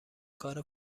کار